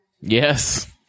Yes